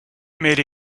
made